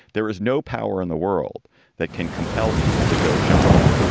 there is no power in the world that can compel people to go shopping.